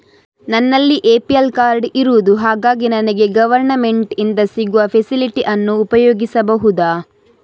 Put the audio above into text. ನನ್ನಲ್ಲಿ APL card ಇರುದು ಹಾಗಾಗಿ ನನಗೆ ಗವರ್ನಮೆಂಟ್ ಇಂದ ಸಿಗುವ ಫೆಸಿಲಿಟಿ ಅನ್ನು ಉಪಯೋಗಿಸಬಹುದಾ?